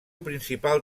principal